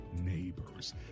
neighbors